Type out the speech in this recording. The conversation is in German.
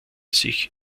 sich